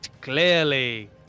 clearly